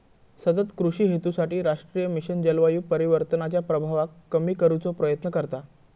सतत कृषि हेतूसाठी राष्ट्रीय मिशन जलवायू परिवर्तनाच्या प्रभावाक कमी करुचो प्रयत्न करता